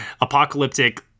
apocalyptic